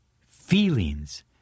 Feelings